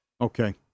Okay